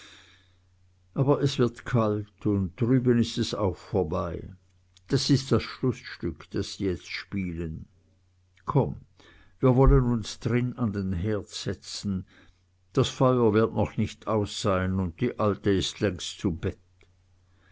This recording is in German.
aber es wird kalt und drüben ist es auch vorbei das ist das schlußstück das sie jetzt spielen komm wir wollen uns drin an den herd setzen das feuer wird noch nicht aus sein und die alte ist längst zu bett